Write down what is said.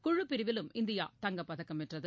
குழு பிரிவிலும் இந்தியா தங்கப் பதக்கம் வென்றது